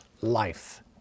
life